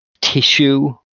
tissue